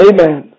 Amen